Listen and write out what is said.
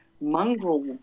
mongrel